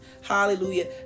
Hallelujah